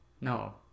No